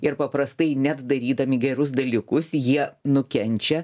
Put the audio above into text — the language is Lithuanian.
ir paprastai net darydami gerus dalykus jie nukenčia